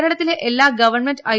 കേരളത്തിലെ എല്ലാ government I